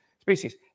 species